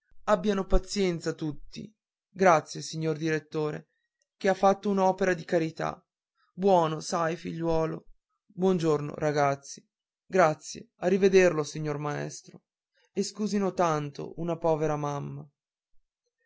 abbiano pazienza tutti grazie signor direttore che ha fatto un'opera di carità buono sai figliuolo buon giorno ragazzi grazie a rivederlo signor maestro e scusino tanto una povera mamma